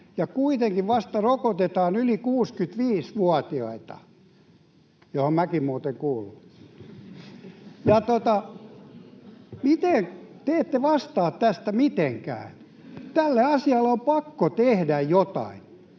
ja kuitenkin vasta rokotetaan yli 65-vuotiaita — joihin minäkin muuten kuulun. Te ette vastaa tästä mitenkään. Tälle asialle on pakko tehdä jotain.